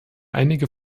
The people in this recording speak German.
einige